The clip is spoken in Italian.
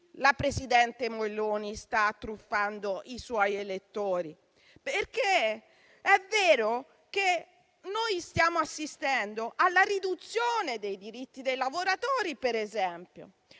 del Consiglio Meloni sta truffando i suoi elettori, perché è vero che noi stiamo assistendo alla riduzione dei diritti dei lavoratori. Penso, per esempio,